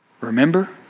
Remember